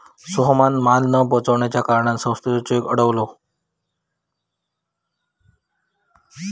सोहमान माल न पोचवच्या कारणान संस्थेचो चेक अडवलो